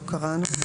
שלא קראנו.